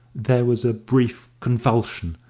there was a brief convulsion,